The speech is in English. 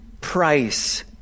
price